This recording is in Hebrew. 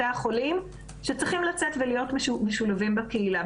שצריכים לצאת ולהיות משולבים בקהילה.